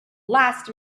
last